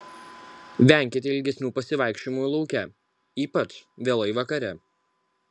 venkite ilgesnių pasivaikščiojimų lauke ypač vėlai vakare